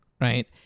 Right